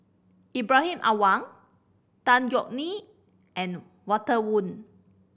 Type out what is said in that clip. Lbrahim Awang Tan Yeok Nee and Walter Woon